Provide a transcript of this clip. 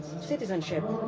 citizenship